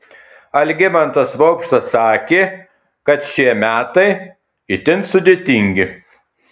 algimantas vaupšas sakė kad šie metai itin sudėtingi